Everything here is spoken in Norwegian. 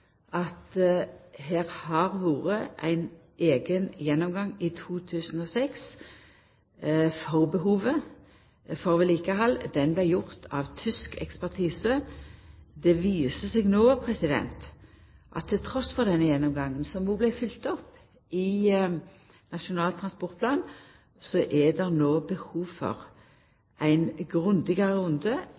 at det har vore ein eigen gjennomgang i 2006 når det gjeld behovet for vedlikehald, som vart gjord av tysk ekspertise. Trass i denne gjennomgangen, som òg vart følgd opp i Nasjonal transportplan, viser det seg at det no er behov for ein grundigare runde.